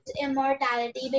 immortality